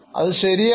അതും ശരിയാണ്